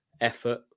effort